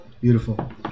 Beautiful